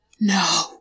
No